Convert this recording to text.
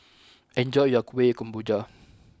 enjoy your Kueh Kemboja